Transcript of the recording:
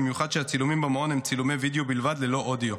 במיוחד כשהצילומים במעון הם צילומי וידאו בלבד ללא אודיו.